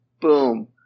Boom